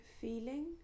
feeling